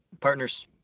partners